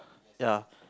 ya